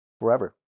forever